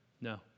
No